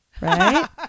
Right